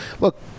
Look